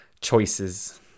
Choices